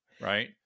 Right